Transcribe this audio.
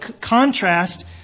contrast